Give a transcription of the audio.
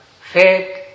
faith